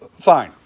Fine